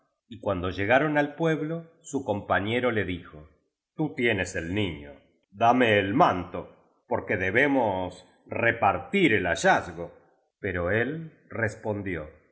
y cuando llegaron al pueblo su compañero le dijo tú tienes el niño dame el manto porque debemos re partir el hallazgo pero él respondió